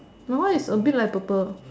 my one is a bit like purple